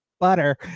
butter